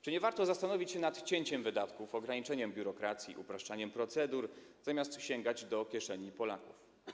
Czy nie warto zastanowić się nad cięciem wydatków, ograniczeniem biurokracji, upraszczaniem procedur, zamiast sięgać do kieszeni Polaków?